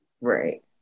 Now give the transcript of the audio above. Right